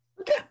Okay